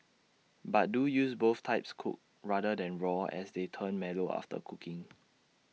but do use both types cooked rather than raw as they turn mellow after cooking